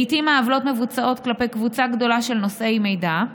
לעיתים העוולות מבוצעות כלפי קבוצה גדולה של נושאי מידע,